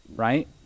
Right